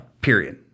Period